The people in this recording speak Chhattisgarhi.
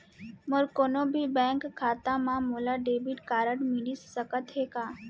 मोर कोनो भी बैंक खाता मा मोला डेबिट कारड मिलिस सकत हे का?